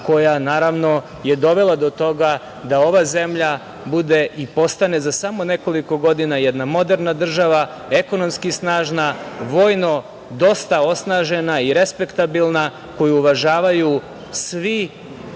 koja je dovela do toga da ova zemlja bude i postane za samo nekoliko godina jedna moderna država, ekonomski snažna, vojno dosta osnažena i respektabilna, koju uvažavaju svi